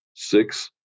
six